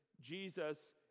jesus